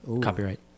Copyright